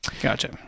Gotcha